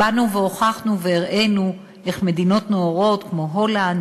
באנו והוכחנו והראינו איך מדינות נאורות כמו הולנד,